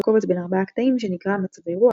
קובץ בן ארבעה קטעים שנקרא "מצבי רוח",